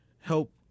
help